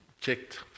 checked